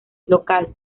local